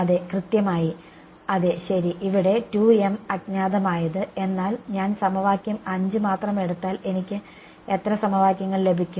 അതെ കൃത്യമായി അതെ ശരി ഇവിടെ 2 m അജ്ഞാതമായത് എന്നാൽ ഞാൻ സമവാക്യം 5 മാത്രം എടുത്താൽ എനിക്ക് എത്ര സമവാക്യങ്ങൾ ലഭിക്കും